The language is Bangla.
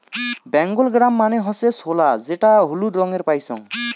বেঙ্গল গ্রাম মানে হসে ছোলা যেটা হলুদ রঙে পাইচুঙ